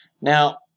now